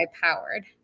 powered